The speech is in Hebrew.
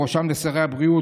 בראשם לשרי הבריאות,